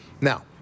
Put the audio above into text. Now